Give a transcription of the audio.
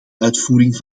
uitvoering